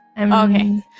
Okay